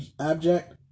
abject